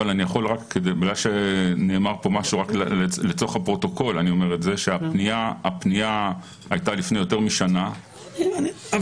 לצורך הפרוטוקול הפנייה הייתה לפני יותר משנה -- אבל